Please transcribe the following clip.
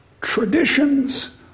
traditions